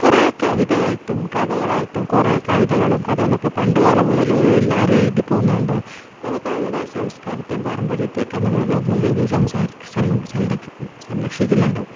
കുറേ കവിതയായിട്ടും കഥകളായിട്ടും കുറേ കവിതകളും കഥകളൊക്കെ പണ്ടു കാലം മുതലേ എല്ലാവരും എഴുതിപ്പോകുന്നതു കൊണ്ട് അതൊക്കെ നമ്മുടെ സംസ്ക്കാരത്തെയും പാരമ്പര്യത്തെയൊക്കെ നമ്മൾ നല്ലരീതിയിൽ സം സം സംരക്ഷിക്കുന്നുണ്ട്